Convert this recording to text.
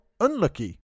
unlucky